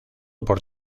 por